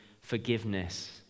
forgiveness